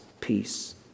peace